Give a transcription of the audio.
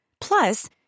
Plus